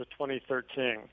2013